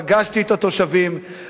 פגשתי את התושבים,